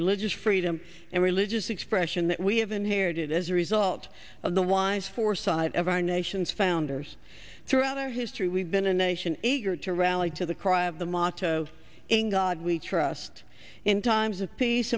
religious freedom and religious expression that we have inherited as a result of the wise for side of our nation's founders throughout their history we've been a nation eager to rally to the cry of the motto in god we trust in times of peace